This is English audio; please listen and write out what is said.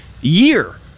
year